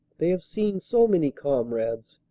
they have seen so many comrades,